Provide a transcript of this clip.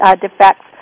defects